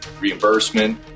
reimbursement